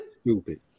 Stupid